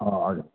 हजुर